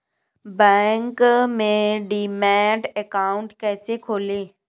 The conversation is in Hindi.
बैंक में डीमैट अकाउंट कैसे खोलें?